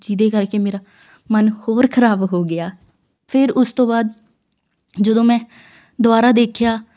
ਜਿਹਦੇ ਕਰਕੇ ਮੇਰਾ ਮਨ ਹੋਰ ਖਰਾਬ ਹੋ ਗਿਆ ਫਿਰ ਉਸ ਤੋਂ ਬਾਅਦ ਜਦੋਂ ਮੈਂ ਦੁਬਾਰਾ ਦੇਖਿਆ